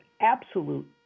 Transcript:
absolute